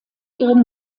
ihren